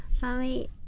Family